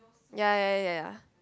ya ya ya ya ya